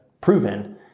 proven